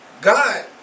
God